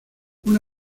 una